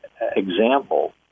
example